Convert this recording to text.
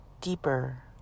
deeper